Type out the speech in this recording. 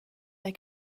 they